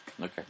Okay